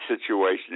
situation